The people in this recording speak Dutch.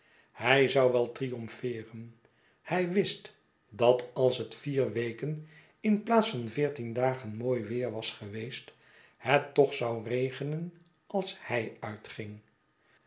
hij zou wel triomfeeren hij wist dat als het vier weken inplaats van veertien dagen mooi weer was geweest het toch zou regenen als hij uitging